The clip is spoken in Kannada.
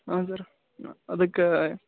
ಹಾಂ ಸರ್ ಅದಕ್ಕೆ